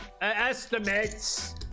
estimates